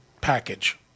package